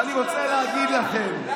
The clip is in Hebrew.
ואני רוצה להגיד לכם,